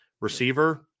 Receiver